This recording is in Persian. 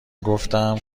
گفتم